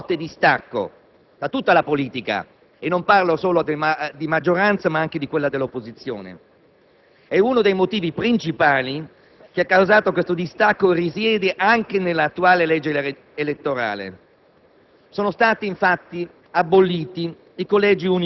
che sempre più palesemente evidenzaun forte distacco da tutta la politica, non solo da quella della maggioranza, anche da quella dell'opposizione. Uno dei motivi principali che ha causato tale distacco risiede nell'attuale legge elettorale.